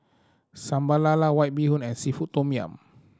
Sambal Lala White Bee Hoon and seafood tom yum